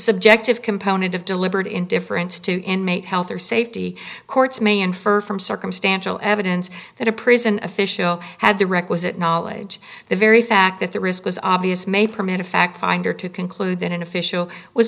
subjective component of deliberate indifference to inmate health or safety courts may infer from circumstantial evidence that a prison official had the requisite knowledge the very fact that the risk was obvious may permit a fact finder to conclude than an official was